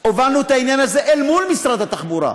הובלנו את העניין הזה אל מול משרד התחבורה.